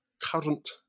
current